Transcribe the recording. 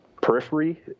periphery